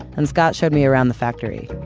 and scott showed me around the factory,